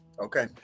Okay